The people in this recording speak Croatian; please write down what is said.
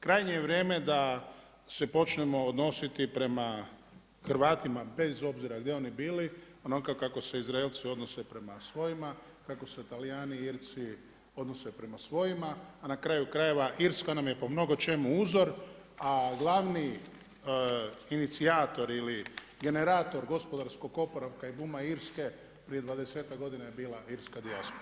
Krajnje je vrijeme da se počnemo odnositi prema Hrvatima bez obzira gdje oni bili onako kako se Izraelci prema svojima, kako se Talijani, Irci odnose prema svojima, a nakraju krajeva Irska nam je po mnogočemu uzor, a glavni inicijator ili generator gospodarskog oporavka i booma Irske prije dvadesetak godina je bila irska dijaspora.